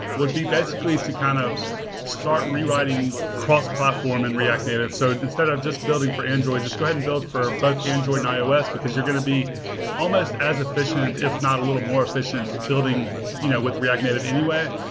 would be basically to kind of start rewriting cross-platform and react native. so instead of just building for android, just go ahead and build for both android and ios because you're going to be almost as efficient, if not, a little more efficient building you know with react native anyway.